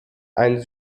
ein